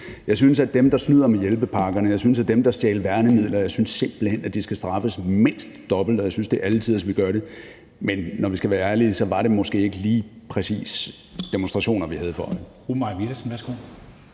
Jeg synes, at dem, der snyder med hjælpepakkerne, og jeg synes, at dem, der stjæler værnemidler, simpelt hen skal straffes mindst dobbelt, og jeg synes, at det er alle tiders, at vi gør det. Men når vi skal være ærlige, var det måske ikke lige præcis demonstrationer, vi havde for øje.